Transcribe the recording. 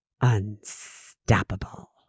unstoppable